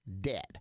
dead